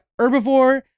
herbivore